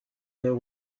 there